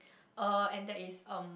uh and that is uh